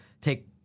take